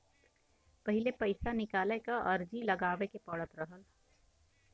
पहिले पइसा निकाले क अर्जी लगावे के पड़त रहल